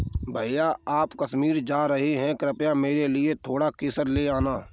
भैया आप कश्मीर जा रहे हैं कृपया मेरे लिए थोड़ा केसर ले आना